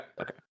Okay